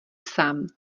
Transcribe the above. sám